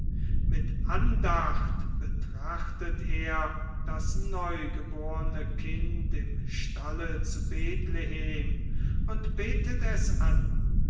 mit andacht betrachtet er das neugeborene kind im stalle zu bethlehem und betet es an